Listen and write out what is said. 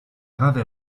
grave